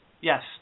Yes